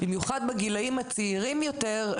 במיוחד בגילאים הצעירים יותר,